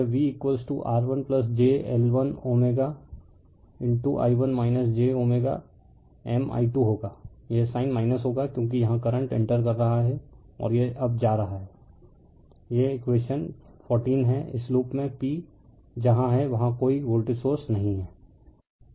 refer slide time 0141 तो यह VR1 j L1 i1 j M i2 होगा यह साइन होगा क्योंकि यहां करंट इंटर कर रहा है और यह अब जा रहा है यह इकवेशन 14 है इस लूप में p जहां हैं वहाँ कोई वोल्टेज सोर्स नहीं है